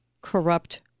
corrupt